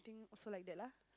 think is like that lah